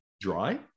dry